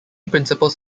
principles